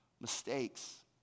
Mistakes